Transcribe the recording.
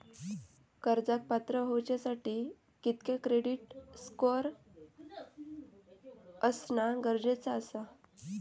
कर्जाक पात्र होवच्यासाठी कितक्या क्रेडिट स्कोअर असणा गरजेचा आसा?